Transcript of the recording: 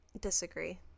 Disagree